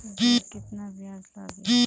केतना ब्याज लागी?